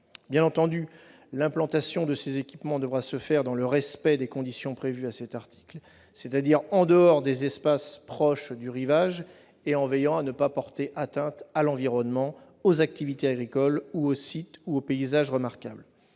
Bien entendu, l'implantation de ces équipements devra se faire dans le respect des conditions prévues à cet article, c'est-à-dire en dehors des espaces proches du rivage et en veillant à ne pas porter atteinte à l'environnement, aux activités agricoles, ainsi qu'aux sites et aux paysages remarquables.